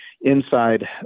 inside